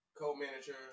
co-manager